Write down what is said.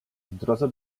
drodze